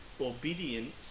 obedience